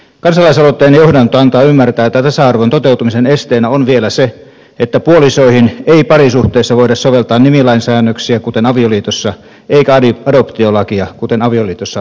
kansalaisaloitteen johdanto antaa ymmärtää että tasa arvon toteutumisen esteenä on vielä se että puolisoihin ei parisuhteessa voida soveltaa nimilain säännöksiä kuten avioliitossa eikä adoptiolakia kuten avioliitossa tehdään